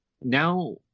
now